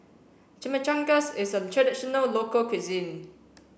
Chimichangas is a traditional local cuisine